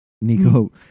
Nico